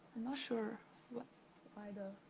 not sure why the,